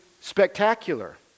spectacular